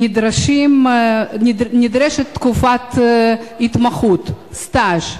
נדרשת תקופת התמחות, סטאז'.